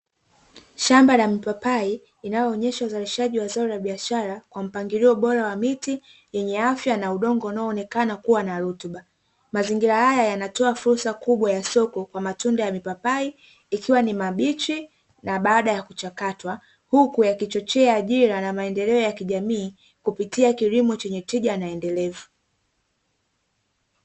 Shamba la mipapai inayoonesha uzalishaji wa zao la biashara kwa mpangilio bora wa miti yenye afya na udongo unaonekana kuwa na rutuba. Mazingira haya yanatoa fursa kubwa ya soko kwa matunda ya mipapai ikiwa ni mabichi na baada ya kuchakatwa huku yakichochea ajira na maendeleo ya kijamii kupitia kilimo chenye tija na endelevu.